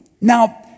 Now